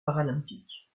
paralympiques